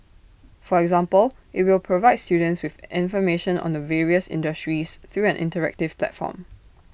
for example IT will provide students with information on the various industries through an interactive platform